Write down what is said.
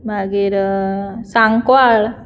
मागीर सांकवाळ